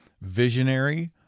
visionary